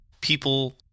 people